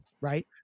Right